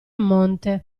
monte